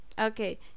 Okay